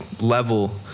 level